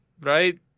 right